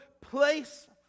place